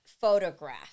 photograph